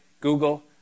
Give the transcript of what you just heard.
Google